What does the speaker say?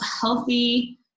healthy